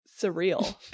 surreal